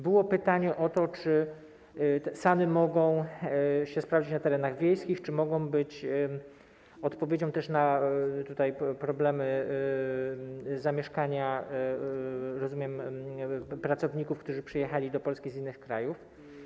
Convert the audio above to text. Było pytanie o to, czy SAN-y mogą się sprawdzić na terenach wiejskich, czy mogą być odpowiedzią na problemy zamieszkania, jak rozumiem, pracowników, którzy przyjechali do Polski z innych krajów.